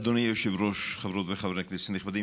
אדוני היושב-ראש, חברות וחברי כנסת נכבדים,